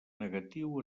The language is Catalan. negatiu